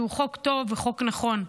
שהוא חוק טוב וחוק נכון.